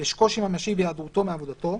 יש קושי ממשי בהיעדרותו מעבודתו,